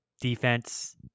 Defense